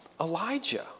Elijah